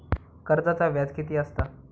कर्जाचा व्याज कीती असता?